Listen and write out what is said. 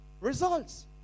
results